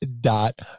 dot